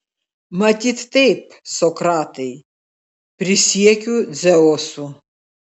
matyt taip sokratai prisiekiu dzeusu